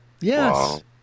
Yes